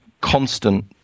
constant